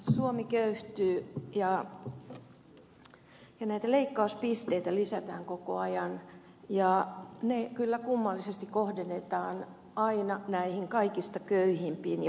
suomi köyhtyy ja leikkauspisteitä lisätään koko ajan ja ne kyllä kummallisesti kohdennetaan aina näihin kaikista köyhimpiin ja vähäosaisimpiin